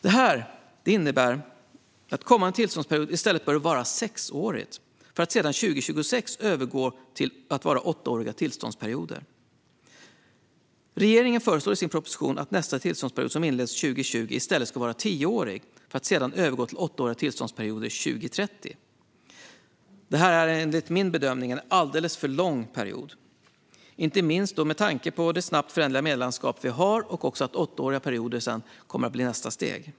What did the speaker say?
Detta innebär att kommande tillståndsperiod i stället bör vara sexårig för att 2026 övergå till åttaåriga tillståndsperioder. Regeringen föreslår i sin proposition att nästa tillståndsperiod, som inleds 2020, i stället ska vara tioårig för att sedan övergå i åttaåriga tillståndsperioder 2030. Det är enligt min bedömning en alldeles för lång period, inte minst med tanke på det snabbt föränderliga medielandskapet och att åttaåriga perioder sedan blir nästa steg.